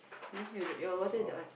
then hear the your water is that one